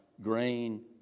grain